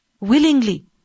willingly